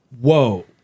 whoa